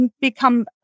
become